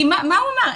כי מה הוא אמר?